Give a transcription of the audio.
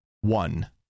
one